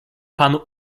pan